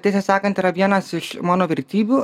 tiesą sakant yra vienas iš mano vertybių